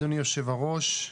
אדוני היושב-ראש,